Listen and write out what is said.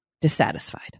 dissatisfied